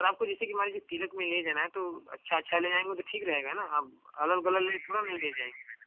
sir आपको जैसे कि मान लीजिए तिलक में ले जाना है तो अच्छा अच्छा ले जाएँगे तो ठीक रहेगा न अब अलग अलग ले थोड़ो नही ले जाएँगे